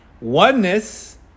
Oneness